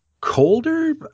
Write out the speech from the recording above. colder